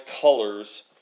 colors